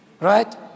right